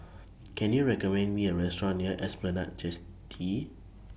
Can YOU recommend Me A Restaurant near Esplanade